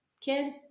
kid